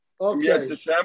Okay